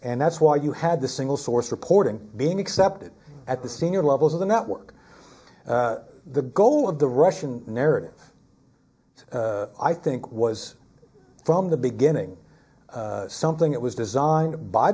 and that's why you had the single source reporting being accepted at the senior levels of the network the goal of the russian narrative i think was from the beginning something that was designed by